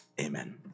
Amen